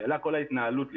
השאלה היא כל ההתנהלות לפני,